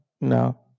No